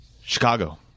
Chicago